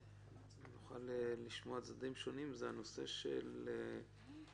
נוכל לשמוע צדדים שונים הנושא של חזקה.